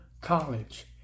College